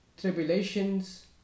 tribulations